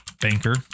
Banker